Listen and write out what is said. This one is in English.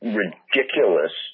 ridiculous